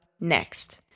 next